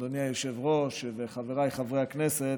אדוני היושב-ראש וחבריי חברי הכנסת,